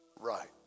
right